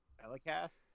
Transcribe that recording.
Telecast